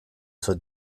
zur